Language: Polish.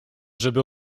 żeby